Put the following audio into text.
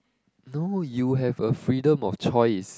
no you have a freedom of choice